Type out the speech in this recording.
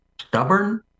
stubborn